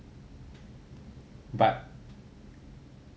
but